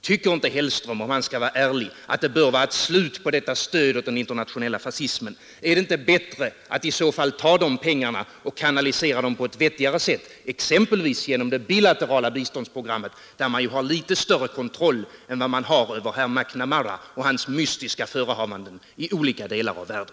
Tycker inte Hellström, om han skall vara ärlig, att det bör bli ett slut på detta stöd till den internationella fascismen? Är det inte i så fall bättre att kanalisera pengarna på ett annat sätt, exempelvis genom det bilaterala biståndsprogrammet, där man ju har litet större kontroll från svensk sida än man har över herr McNamara och hans mystiska förehavanden i olika delar av världen.